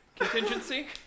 Contingency